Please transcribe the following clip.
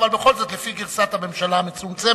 אבל בכל זאת לפי גרסת הממשלה המצומצמת,